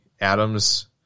Adams